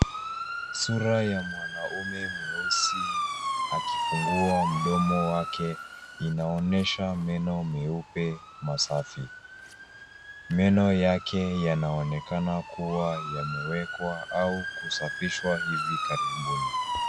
Sura ya mwanaume mweusi akifungua mdomo wake inaonyesha meno meupe masafi. Meno yake yanaonekana kuwa yamewekwa au kusafishwa hivi karibuni.